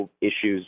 issues